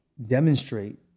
demonstrate